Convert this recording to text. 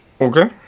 Okay